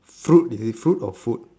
fruit is it fruit or food